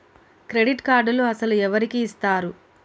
Credit కార్డులు అసలు ఎవరికి ఇస్తారు?